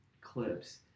clips